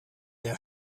der